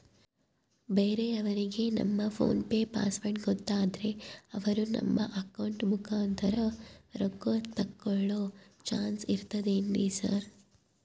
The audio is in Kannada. ಬೇರೆಯವರಿಗೆ ನಮ್ಮ ಫೋನ್ ಪೆ ಪಾಸ್ವರ್ಡ್ ಗೊತ್ತಾದ್ರೆ ಅವರು ನಮ್ಮ ಅಕೌಂಟ್ ಮುಖಾಂತರ ರೊಕ್ಕ ತಕ್ಕೊಳ್ಳೋ ಚಾನ್ಸ್ ಇರ್ತದೆನ್ರಿ ಸರ್?